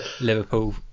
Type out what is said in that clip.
Liverpool